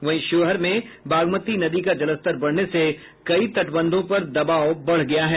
वहीं शिवहर में बागमती नदी का जलस्तर बढ़ने से कई तटबंधों पर दबाव बढ़ गया है